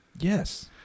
Yes